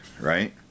right